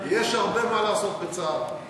יש הרבה מה לעשות בצה"ל.